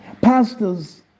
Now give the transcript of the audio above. Pastors